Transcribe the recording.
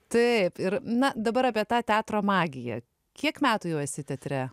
taip ir na dabar apie tą teatro magiją kiek metų jau esi teatre